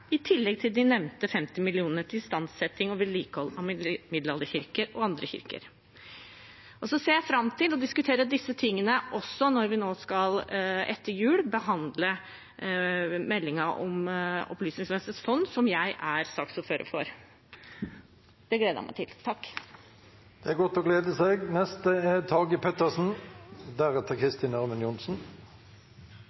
i tillegg til de nevnte 50 mill. kr til istandsetting og vedlikehold av middelalderkirker og andre kirker. Så ser jeg fram til å diskutere disse tingene også når vi etter jul skal behandle meldingen om Opplysningsvesenets fond, som jeg er saksordfører for. Det gleder jeg meg til. Det er godt å glede seg. Feil som gjentas, blir ikke mindre feil av den grunn, og det er